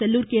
Sellur K